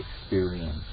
experience